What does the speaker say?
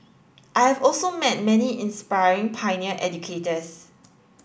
I have also met many inspiring pioneer educators